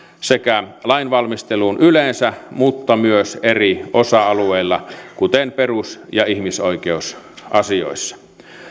sekä lainvalmisteluun yleensä mutta myös eri osa alueilla kuten perus ja ihmisoikeusasioissa